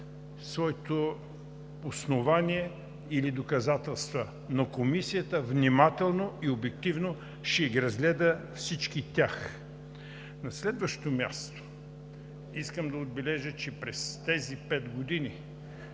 своето основание или доказателства, но Комисията внимателно и обективно ще разгледа всички тях. На следващо място, искам да отбележа, че през тези пет години